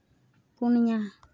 ᱯᱩᱱᱭᱟ